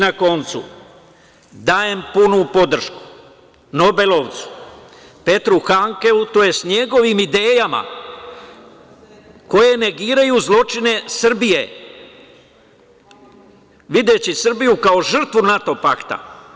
Na koncu, dajem punu podršku Nobelovcu Petru Handkeu, to jest njegovim idejama koje negiraju zločine Srbije, videći Srbiju kao žrtvu NATO pakta.